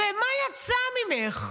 ומה יצא ממך,